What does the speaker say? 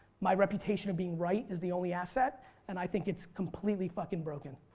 my reputation of being right is the only asset and i think it's completely fucking broken.